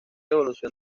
evolución